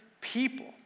people